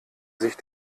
sich